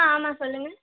ஆ ஆமாம் சொல்லுங்கள்